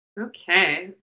Okay